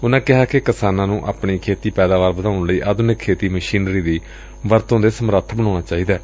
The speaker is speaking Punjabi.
ਉਨਾਂ ਕਿਹਾ ਕਿ ਕਿਸਾਨਾਂ ਨੂੰ ਆਪਣੀ ਖੇਤੀ ਪੈਦਾਵਾਰ ਵਧਾਉਣ ਲਈ ਆਧੁਨਿਕ ਖੇਤੀ ਮਸ਼ੀਨਰੀ ਦੀ ਵਰਤੋਂ ਦੇ ਸਮਰੱਥ ਬਣਾਉਣਾ ਚਾਹੀਦੈ